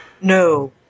no